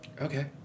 Okay